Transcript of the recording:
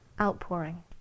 outpouring